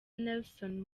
nelson